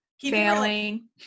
Failing